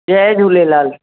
Jay Jhulelal